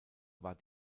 war